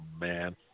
man